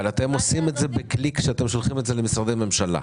אבל אתם עושים את זה בקליק כשאתם שולחים את זה למשרדי ממשלה.